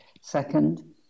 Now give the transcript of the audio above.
Second